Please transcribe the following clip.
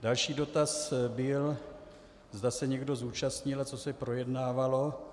Další dotaz byl, zda se někdo zúčastnil a co se projednávalo.